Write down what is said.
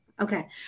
Okay